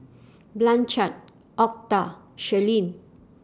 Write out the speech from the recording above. Blanchard Octa Shirleen